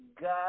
God